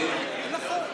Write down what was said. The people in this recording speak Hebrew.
לא נכון.